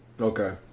Okay